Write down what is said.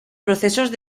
procesos